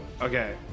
Okay